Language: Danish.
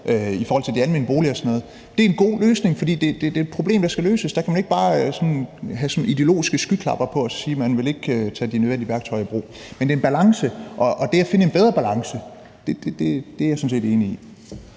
i forhold til de almene boliger og sådan noget, er en god løsning, fordi det er et problem, der skal løses. Der kan man ikke bare sådan have ideologiske skyklapper på og sige, at man ikke vil tage de nødvendige værktøjer i brug. Men det er en balance, og det at finde en bedre balance er jeg sådan set enig i.